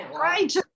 right